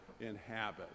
inhabit